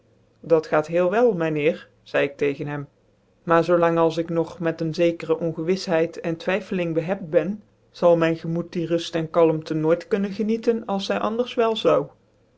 dat gaat heel wel myn heer zcidc ik tegens hem maar zoo lang als ik nog met een zekere ongewisheid en twytfeling behebt ben zal myn gemoed die ruft en kalmte nooit konncn genieten als zy anders wel zoude